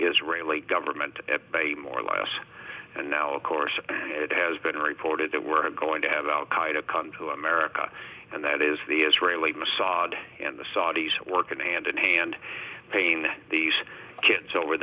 israeli government at bay more or less and now of course it has been reported that we're going to have al qaida come to america and that is the israeli mossad and the saudis working hand in hand paying these kids over